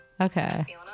Okay